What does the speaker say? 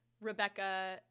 Rebecca